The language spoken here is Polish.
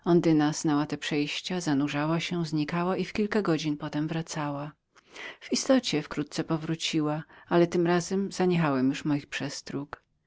ondyna znała te przejścia zanurzała się znikała i w kilka godzin potem wracała w istocie wkrótce powróciła ale tym razem zaniechałem już moich